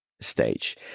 stage